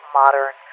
modern